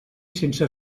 sense